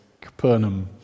Capernaum